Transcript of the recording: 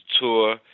tour